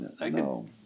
no